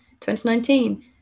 2019